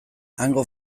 hango